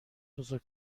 بزرگ